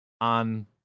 on